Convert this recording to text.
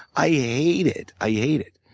i hate it. i hate it.